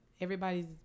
everybody's